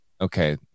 okay